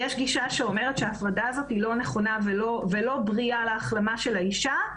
ויש גישה שאומרת שההפרדה הזו היא לא נכונה ולא בריאה להחלמה של האישה.